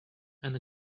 and